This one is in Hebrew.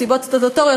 מסיבות סטטוטוריות,